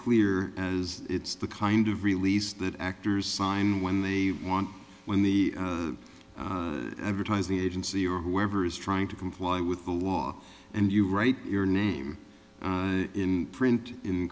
clear as it's the kind of release that actors sign when they want when the advertising agency or whoever is trying to comply with the law and you write your name in print in